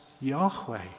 Yahweh